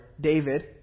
David